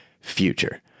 future